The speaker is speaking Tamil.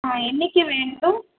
ஆ என்றைக்கி வேண்டும்